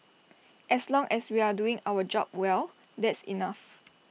as long as we're doing our job well that's enough